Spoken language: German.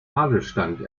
adelsstand